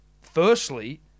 firstly